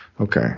Okay